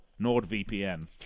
NordVPN